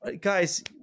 guys